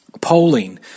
Polling